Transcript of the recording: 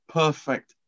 perfect